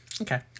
Okay